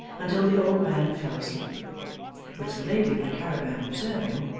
until the old man fell asleep which the lady of the caravan observing,